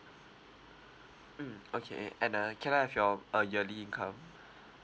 mm okay and uh can I have your uh yearly income